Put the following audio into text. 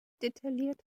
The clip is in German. detailliert